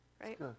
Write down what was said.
Right